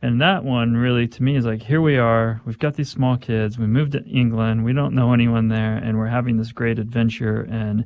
and that one really to me is like here we are, we've got these small kids, we moved to england, we don't know anyone there, and we're having this great adventure. and